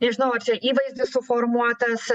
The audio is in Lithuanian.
nežinau ar čia įvaizdis suformuotas